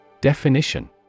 Definition